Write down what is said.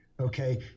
Okay